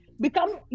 become